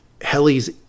Heli's